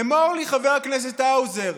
אמור לי, חבר הכנסת האוזר: